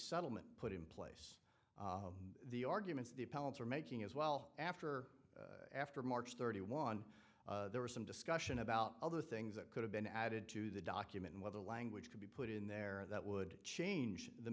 settlement put in place the arguments the opponents are making as well after after march thirty one there was some discussion about other things that could have been added to the document and whether language could be put in there that would change the